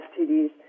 STDs